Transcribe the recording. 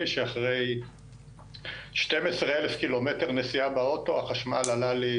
שאחרי 12,000 קילומטר נסיעה באוטו החשמל עלה לי